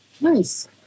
Nice